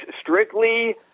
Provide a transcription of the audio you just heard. strictly